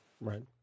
Right